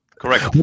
correct